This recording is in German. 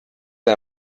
der